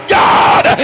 god